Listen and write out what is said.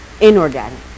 inorganic